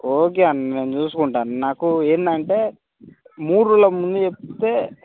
okay అన్న నేను చూసుకుంటాను నాకు ఏంటంటే మూడు రోజుల ముందు చెప్తే